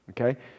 Okay